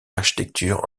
l’architecture